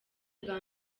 bwa